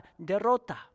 derrota